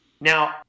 Now